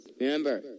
Remember